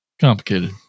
complicated